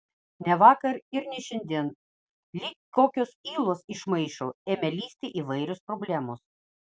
ne vakar ir ne šiandien lyg kokios ylos iš maišo ėmė lįsti įvairios problemos